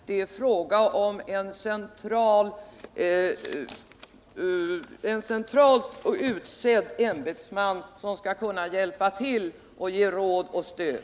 Det är fråga om en centralt utsedd ämbetsman, som skall kunna hjälpa till och ge råd och stöd.